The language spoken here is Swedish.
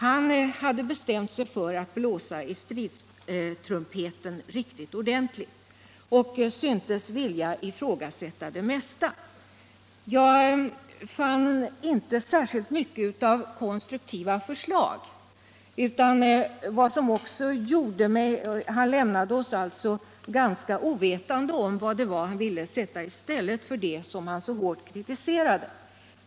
Han hade bestämt sig för att blåsa i stridstrumpeten riktigt ordentligt och syntes vilja ifrågasätta det mesta. Jag fann inte särskilt mycket av konstruktiva förslag. Han lämnade oss alltså ganska ovetande om vad han ville sätta i stället för det som han så hårt kritiserade.